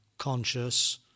conscious